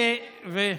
אל דאגה,